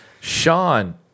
Sean